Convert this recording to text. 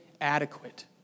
adequate